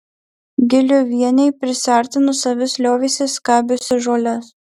giliuvienei prisiartinus avis liovėsi skabiusi žoles